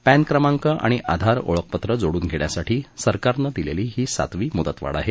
पद्धिक्रमांक आणि आधार ओळखपत्र जोडून घेण्यासाठी सरकारनं दिलेली ही सातवी मुदवाढ आहे